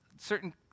certain